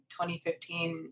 2015